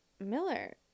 Miller